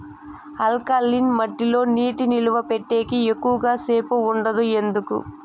alkaline మట్టి లో నీటి నిలువ పెట్టేకి ఎక్కువగా సేపు ఉండదు ఎందుకు